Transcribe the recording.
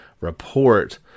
Report